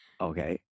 okay